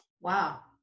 wow